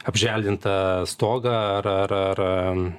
apželdintą stogą ar ar